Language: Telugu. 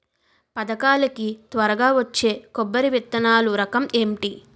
పథకాల కి త్వరగా వచ్చే కొబ్బరి విత్తనాలు రకం ఏంటి?